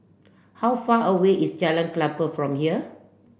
how far away is Jalan Klapa from here